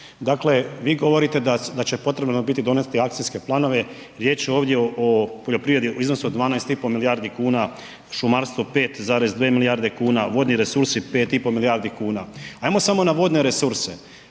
Dakle, vi govorite da će potrebno biti donijeti akcijske planove, riječ je ovdje o poljoprivredi u iznosu od 12,5 milijardi kuna, šumarstvo 5,2 milijarde kuna, vodni resursi 5,5 milijardi kuna. Ajmo samo na vodne resurse,